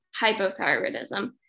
hypothyroidism